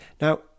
Now